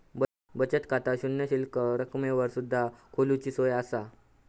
बचत खाता शून्य शिल्लक रकमेवर सुद्धा खोलूची सोया असा